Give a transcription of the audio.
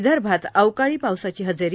विदर्भात अवकाळी पावसाची हजेरी